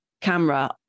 camera